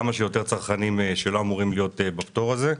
כמה שיותר צרכנים שלא אמורים להיות שם לתוך הפטור הזה.